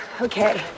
Okay